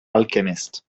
alchemist